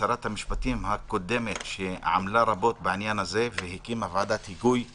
שרת המשפטים הקודמת שעמלה רבות בעניין הזה והקימה ועדת היגוי;